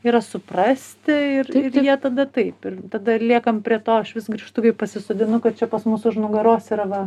yra suprasti ir ir jie tada taip ir tada ir liekam prie to aš vis grįžtu kai pasisodinu kad čia pas mus už nugaros yra va